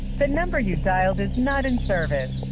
ah number you dialed is not in service.